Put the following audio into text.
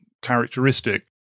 characteristic